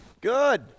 Good